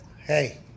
Hey